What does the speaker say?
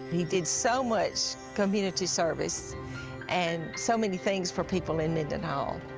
he did so much community service and so many things for people in mendenhall,